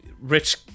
rich